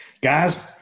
Guys